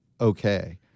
okay